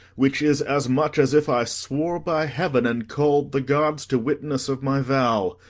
which is as much as if i swore by heaven, and call'd the gods to witness of my vow.